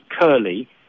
curly